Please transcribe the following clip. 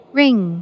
ring